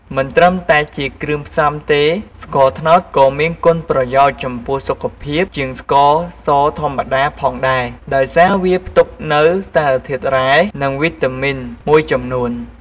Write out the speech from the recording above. មិនត្រឹមតែជាគ្រឿងផ្សំទេ ស្ករត្នោតក៏មានគុណប្រយោជន៍ចំពោះសុខភាពជាងស្ករសធម្មតាផងដែរ ដោយសារវាផ្ទុកនូវសារធាតុរ៉ែ និងវីតាមីនមួយចំនួន។